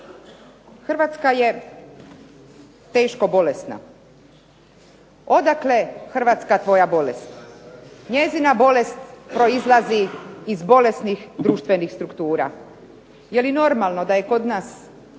Hrvatska je teško bolesna. Odakle Hrvatska tvoja bolest? Njezina bolest proizlazi iz bolesnih društvenih struktura. Je li normalno da je kod nas, kad